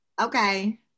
Okay